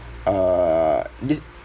uh thi~